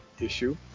issue